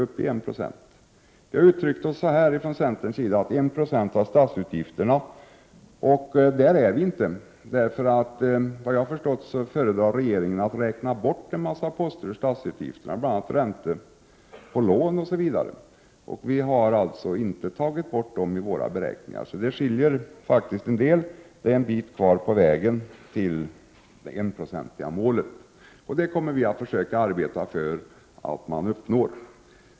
Från centerns sida har vi talat om 1 96 av statsutgifterna, och där är vi inte. Vad jag har förstått föredrar regeringen att räkna bort en massa poster från statsutgifterna, bl.a. räntor och lån. De har vi inte tagit bort i våra beräkningar, så det skiljer en del. Det är alltså en bit kvar på vägen till målet om 1 976, som vi kommer att arbeta för att uppnå.